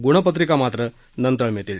ग्णपत्रिका मात्र नंतर मिळतील